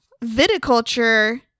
viticulture